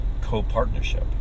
co-partnership